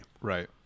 Right